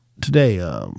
Today